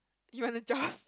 you want a job